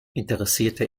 interessierte